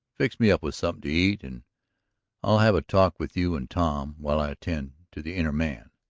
fix me up with something to eat and i'll have a talk with you and tom while i attend to the inner man.